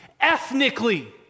ethnically